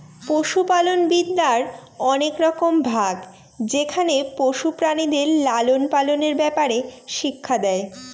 পশুপালনবিদ্যার অনেক রকম ভাগ যেখানে পশু প্রাণীদের লালন পালনের ব্যাপারে শিক্ষা দেয়